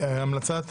המלצת